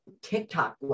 TikTok